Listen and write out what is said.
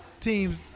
teams